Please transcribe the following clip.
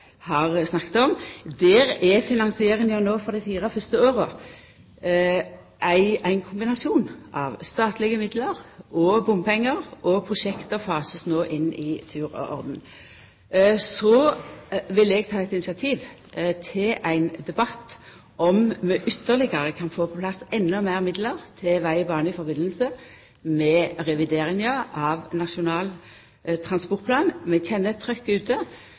snakka om. Der er finansieringa for dei fire fyrste åra no ein kombinasjon av statlege midlar og bompengar, og prosjekta skal no fasast inn i tur og orden. Så vil eg ta eit initiativ til ein debatt om vi ytterlegare kan få på plass endå meir midlar til veg og bane i samband med revideringa av Nasjonal transportplan. Vi kjenner eit trykk ute